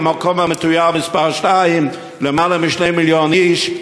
המקום המתויר מספר שתיים: יותר מ-2 מיליון איש.